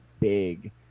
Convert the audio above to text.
big